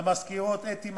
למזכירות אתי,